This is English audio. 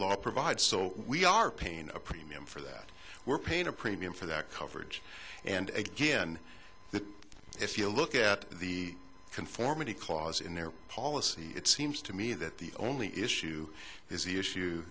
law provides so we are paying a premium for that we're paying a premium for that coverage and again that if you look at the conformity clause in their policy it seems to me that the only issue is the issue